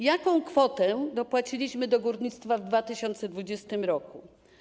Jaką kwotę dopłaciliśmy do górnictwa w 2020 r.